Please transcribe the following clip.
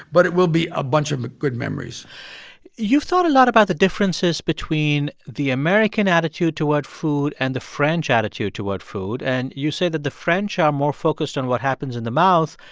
but it will be a bunch of ah good memories you've thought a lot about the differences between the american attitude toward food and the french attitude toward food. and you say that the french are more focused on what happens in the mouth,